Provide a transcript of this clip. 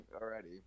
already